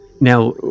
Now